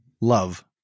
Love